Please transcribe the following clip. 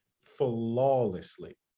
flawlessly